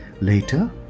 later